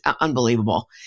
unbelievable